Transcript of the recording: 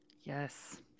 Yes